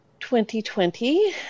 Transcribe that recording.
2020